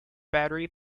battery